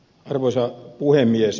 arvoisa puhemies